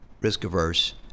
risk-averse